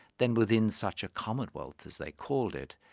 then within such a commonwealth, as they called it,